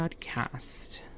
podcast